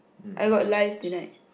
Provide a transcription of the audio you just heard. I got live tonight